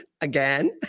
again